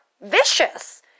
vicious